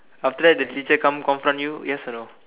after that the teacher come confront you yes or no